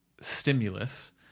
stimulus